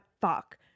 fuck